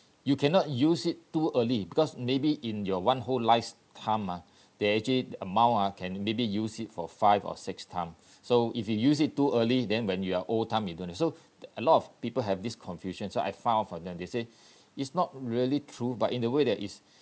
you cannot use it too early because maybe in your one whole life's time ah they actually the amount ah can maybe use it for five or six time so if you use it too early then when you are old time you don't have so a lot of people have this confusion so I found out from them they say it's not really true but in a way that is